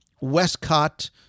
Westcott